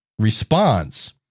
response